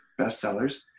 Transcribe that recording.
bestsellers